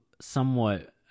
somewhat